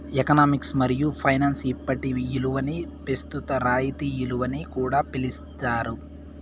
economics మరియు finance ఇప్పటి ఇలువని పెస్తుత రాయితీ ఇలువని కూడా పిలిస్తారు